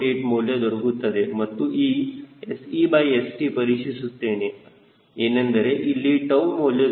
8 ಮೌಲ್ಯ ದೊರಕುತ್ತದೆ ಮತ್ತು ಈ SeSt ಪರೀಕ್ಷಿಸುತ್ತೇನೆ ಏನೆಂದರೆ ಇಲ್ಲಿ 𝜏 ಮೌಲ್ಯ 0